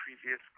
previous